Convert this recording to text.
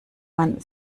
man